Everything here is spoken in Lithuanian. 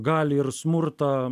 gali ir smurtą